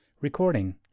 Recording